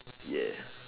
ya